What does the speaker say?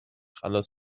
خلاص